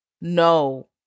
no